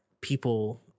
people